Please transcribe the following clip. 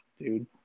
dude